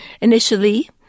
Initially